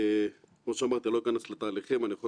זה עניין של להוכיח כפי שאמר דב חנין